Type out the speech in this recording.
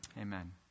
Amen